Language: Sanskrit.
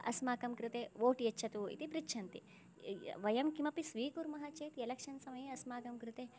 अस्माकं कृते वोट् यच्छतु इति पृच्छन्ति वयं किमपि स्वीकुर्मः चेत् एलेक्शन् समये अस्माकं कृते